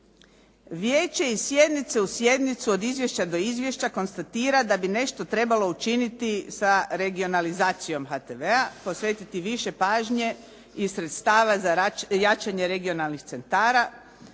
Vijeće iz sjednice u sjednicu, od izvješća do izvješća konstatira da bi nešto trebalo učiniti sa regionalizacijom HTV-a, posvetiti više pažnje i sredstava za jačanje regionalnih centara